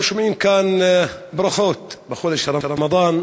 אנחנו שומעים כאן ברכות לחודש הרמדאן,